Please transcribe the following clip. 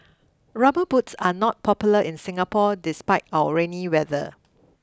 rubber boots are not popular in Singapore despite our rainy weather